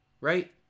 right